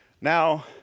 Now